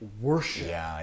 worship